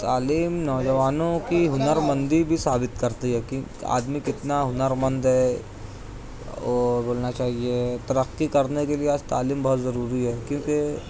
تعلیم نوجوانوں کی ہنرمندی بھی ثابت کرتی ہے کیوں کہ آدمی کتنا ہنر مند ہے اور بولنا چاہیے ترقی کرنے کے لیے آج تعلیم بہت ضروری ہے کیونکہ